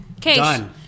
done